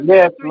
Yes